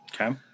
Okay